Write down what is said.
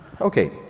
Okay